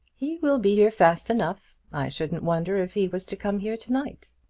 he will be here fast enough. i shouldn't wonder if he was to come here to-night.